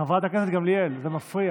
חברת הכנסת גמליאל, זה מפריע.